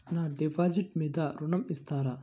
నా డిపాజిట్ మీద ఋణం ఇస్తారా?